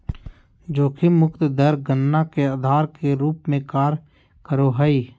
जोखिम मुक्त दर गणना के आधार के रूप में कार्य करो हइ